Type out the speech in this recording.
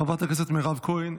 חברת הכנסת מירב כהן,